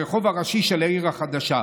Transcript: הרחוב הראשי של העיר החדשה.